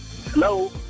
Hello